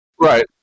Right